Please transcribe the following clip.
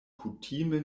kutime